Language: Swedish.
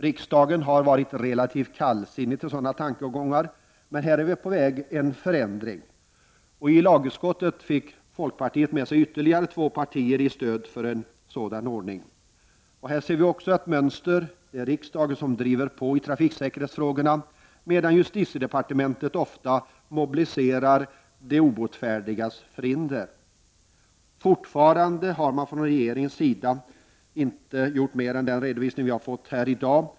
Riksdagen har varit relativt kallsinnig till sådana tankegångar, men här är en förändring på väg. I lagutskottet fick folkpartiet med sig ytterligare två partier till stöd för en sådan ordning. Också här ser vi ett mönster: det är riksdagen som driver på i trafiksäkerhetsfrågorna, medan justitiedepartementet ofta mobiliserar den obotfärdiges förhinder. Fortfarande har man från regeringens sida inte gjort mer än vad som redovisats här i dag.